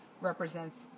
represents